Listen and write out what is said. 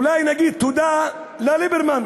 אולי נגיד תודה לליברמן.